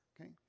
okay